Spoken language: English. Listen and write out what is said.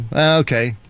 okay